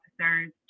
officers